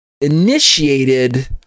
initiated